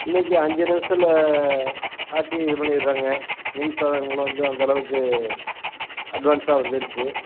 இன்றைக்கி அஞ்சு நிமிஷத்தில் ஆட்டி இது பண்ணிடறாங்க மின் சாதனங்களெலாம் வந்து அந்தளவுக்கு அட்வான்ஸாக வந்திருச்சு